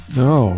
no